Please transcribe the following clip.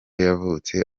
yavutse